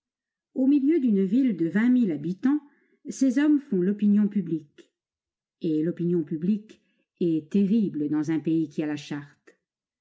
au milieu d'une ville de vingt mille habitants ces hommes font l'opinion publique et l'opinion publique est terrible dans un pays qui a la charte